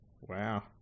Wow